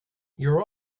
your